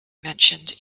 mentioned